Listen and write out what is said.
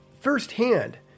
firsthand